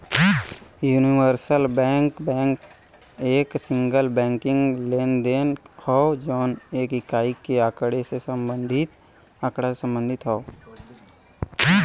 universal bank एक single banking लेनदेन हौ जौन एक इकाई के आँकड़ा से संबंधित हौ